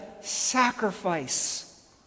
sacrifice